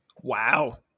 Wow